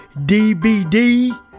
DVD